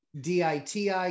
DITI